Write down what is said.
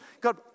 God